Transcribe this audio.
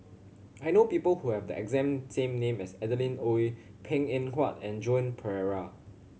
I know people who have the exact same name as Adeline Ooi Png Eng Huat and Joan Pereira